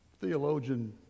theologian